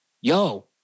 yo